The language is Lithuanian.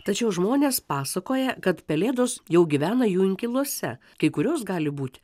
tačiau žmonės pasakoja kad pelėdos jau gyvena jų inkiluose kai kurios gali būt